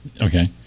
Okay